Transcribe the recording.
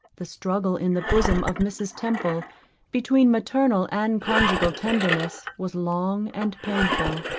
the struggle in the bosom of mrs. temple between maternal and conjugal tenderness was long and painful.